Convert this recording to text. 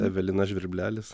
evelina žvirblelis